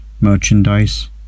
merchandise